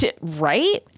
right